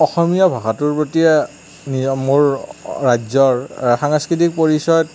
অসমীয়া ভাষাটোৰ প্ৰতি মোৰ ৰাজ্যৰ সাংস্কৃতিক পৰিচয়ত